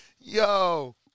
Yo